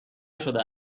شده